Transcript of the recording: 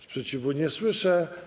Sprzeciwu nie słyszę.